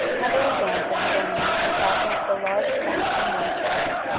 heavily banded with ornament and fastened with a large clasp on one shoulder,